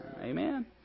Amen